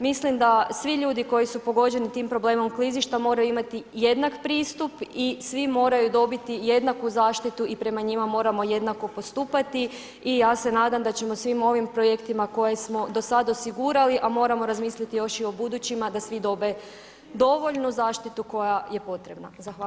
Mislim da svi ljudi koji su pogođeni tim problemom klizišta moraju imati jednak pristup i svi moraju dobiti jednaku zaštitu i prema njima moramo jednako postupati i ja se nadam da ćemo svim ovim projektima koje smo do sada osigurali, a moramo razmislit još i o budućima da svi dobe dovoljnu zaštitu koja je potrebna.